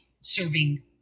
serving